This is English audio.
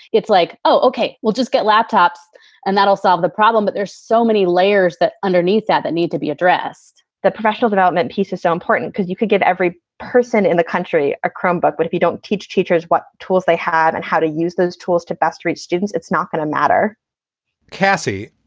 it's like, oh, ok, we'll just get laptops and that'll solve the problem. but there's so many layers that underneath that that need to be addressed the professional development piece is so important because you can give every person in the country a chromebook. but if you don't teach teachers what tools they had and how to use those tools to best reach students, it's not going to matter cassie,